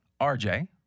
RJ